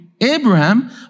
Abraham